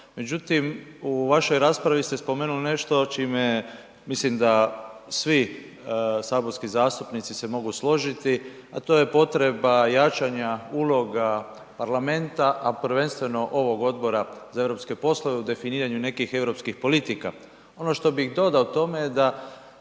međutim u vašoj raspravi ste spomenuli nešto čime mislim da svi saborski zastupnici se mogu složiti, a to je potreba jačanja uloga parlamenta, a prvenstveno ovog Odbora za europske poslove u definiranju nekih europskih politika. Ono što bih dodao tome je da